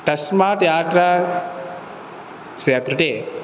तस्मात् यात्रास्य कृते